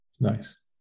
Nice